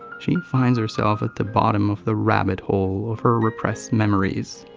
she finds herself at the bottom of the rabbit hole of her repressed memories.